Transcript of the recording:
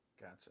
Gotcha